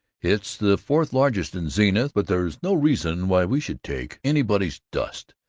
it's the fourth largest in zenith, but there's no reason why we should take anybody's dust.